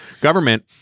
government